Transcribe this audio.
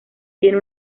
tiene